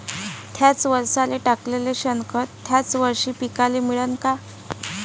थ्याच वरसाले टाकलेलं शेनखत थ्याच वरशी पिकाले मिळन का?